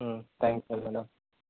thanks madam